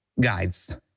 guides